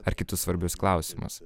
ar kitus svarbius klausimus